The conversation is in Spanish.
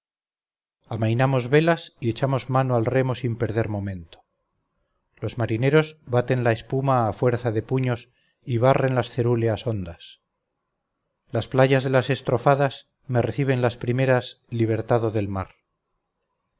amainamos velas y echamos mano al remo sin perder momento los marineros baten la espuma a fuerza de puños y barren las cerúleas ondas las playas de las estrofadas me reciben las primeras libertado del mar